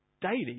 daily